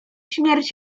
śmierć